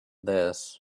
this